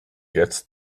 gets